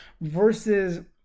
Versus